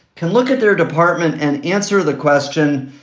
can look at their department and answer the question,